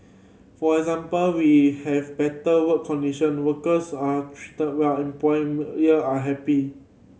for example we have better work condition workers are treated well are happy